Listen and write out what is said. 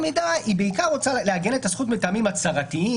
מידה היא בעיקר רוצה לעגן את הזכות מטעמים הצהרתיים,